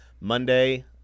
Monday